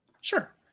Sure